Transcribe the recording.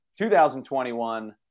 2021